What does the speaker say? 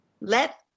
let